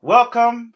Welcome